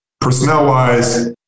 Personnel-wise